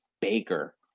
Baker